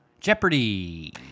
Jeopardy